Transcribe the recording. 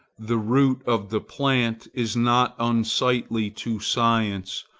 the root of the plant is not unsightly to science,